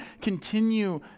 continue